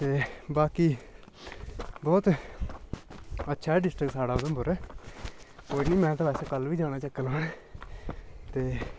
ते बाकी बोह्त अच्छा ऐ डिस्टिरक साढ़ा उधमपुर कोई नि मैं तां वैसे कल्ल बी जाना ऐ चक्कर लान ते